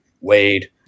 Wade